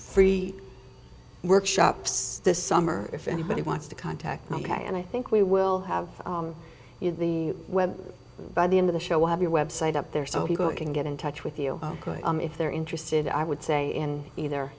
free workshops this summer if anybody wants to contact ok and i think we will have you the web by the end of the show we'll have your website up there so people can get in touch with you if they're interested i would say in either